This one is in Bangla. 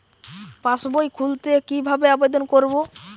পাসবই খুলতে কি ভাবে আবেদন করব?